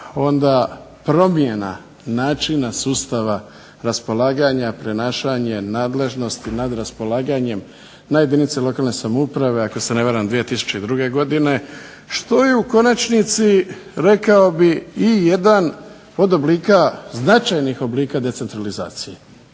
onda promjena načina sustava raspolaganja prenašanja nadležnosti nad raspolaganjem na jedinice lokalne samouprave ako se ne varam 2002. godine što je u konačnici rekao bih i jedan od značajnih oblika decentralizacije.